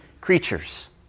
creatures